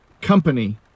company